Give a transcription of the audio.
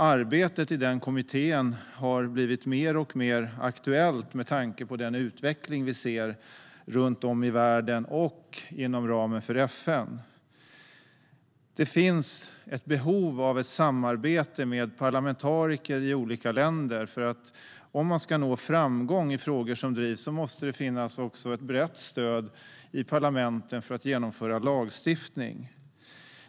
Arbetet i den kommittén har blivit mer och mer aktuellt med tanke på den utveckling som sker runt om i världen och inom ramen för FN. Det finns ett behov av ett samarbete med parlamentariker i olika länder. Om man ska nå framgång i frågor som drivs måste det också finnas ett brett stöd i parlamenten för att man ska kunna genomföra lagstiftning.